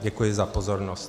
Děkuji za pozornost.